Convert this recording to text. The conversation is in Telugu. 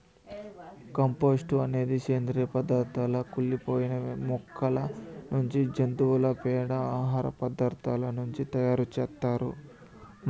కంపోస్టు అనేది సేంద్రీయ పదార్థాల కుళ్ళి పోయిన మొక్కల నుంచి, జంతువుల పేడ, ఆహార పదార్థాల నుంచి తయారు చేత్తారు